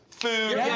food,